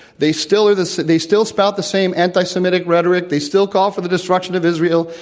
they still are the so they still spout the same anti semitic rhetoric, they stillcall for the destruction of israel,